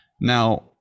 Now